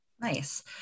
Nice